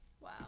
Wow